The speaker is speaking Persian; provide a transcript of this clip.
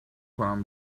کنم